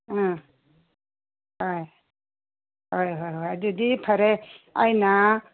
ꯑꯥ ꯍꯣꯏ ꯍꯣꯏ ꯍꯣꯏ ꯍꯣꯏ ꯑꯗꯨꯗꯤ ꯐꯔꯦ ꯑꯩꯅ